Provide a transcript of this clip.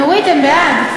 נורית, הם בעד.